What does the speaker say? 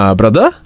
brother